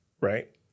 right